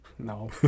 No